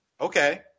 okay